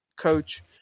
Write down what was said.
coach